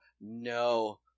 no